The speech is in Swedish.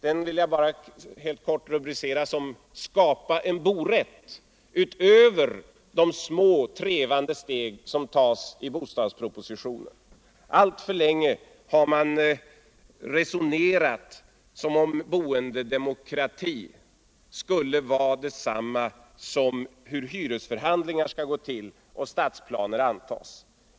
Den vill jag bara helt kort rubricera så: Skapa en ”borätt” utöver de små trevande steg som tas i bostadspropositionen! Alltför länge har man resonerat som om boendedemokrati skulle vara detsamma som hur hyresförhandlingar skall gå till och stadsplaner antas.